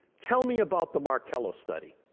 tell me about the marcello study,